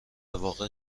واقع